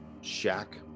shack